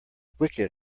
wicked